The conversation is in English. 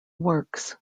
works